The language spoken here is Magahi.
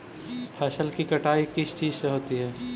फसल की कटाई किस चीज से होती है?